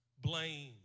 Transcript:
Blame